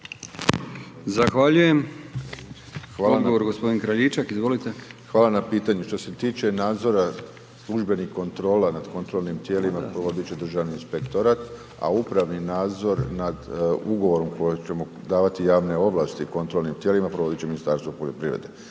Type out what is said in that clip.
Kraljičak, izvolite. **Kraljičak, Željko** Hvala na pitanju. Što se tiče nadzora službenih kontrola nad kontrolnim tijelima provodit će Državni inspektorat, a upravni nadzor nad ugovorom kojim ćemo davati javne ovlasti kontrolnim tijelima, provodit će Ministarstvo poljoprivrede.